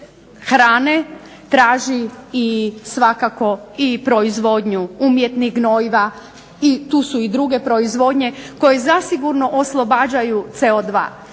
hrane traži svakako i proizvodnju umjetnih gnojiva i tu su i druge proizvodnje koje zasigurno oslobađaju co2.